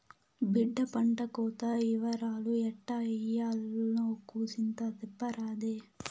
బిడ్డా పంటకోత ఇవరాలు ఎట్టా ఇయ్యాల్నో కూసింత సెప్పరాదే